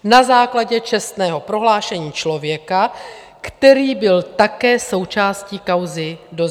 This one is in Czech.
Na základě čestného prohlášení člověka, který byl také součástí kauzy Dozimetr!